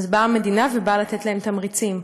אז באה המדינה לתת להם תמריצים,